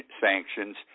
sanctions